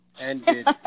ended